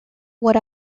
what